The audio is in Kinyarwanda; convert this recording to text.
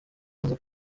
hanze